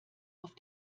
auf